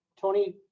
Tony